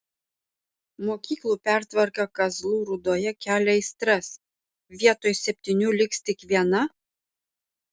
mokyklų pertvarka kazlų rūdoje kelia aistras vietoj septynių liks tik viena